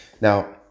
now